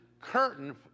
curtain